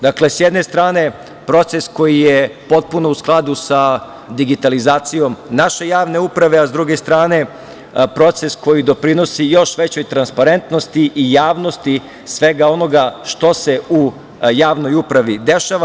Dakle, sa jedne strane proces koji je potpuno u skladu sa digitalizacijom naše javne uprave, a sa druge strane proces koji doprinosi još većoj transparentnosti i javnosti svega onoga što se u javnoj upravi dešava.